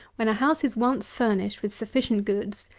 when a house is once furnished with sufficient goods,